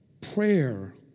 prayer